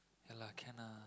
ya lah can ah